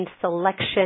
Selection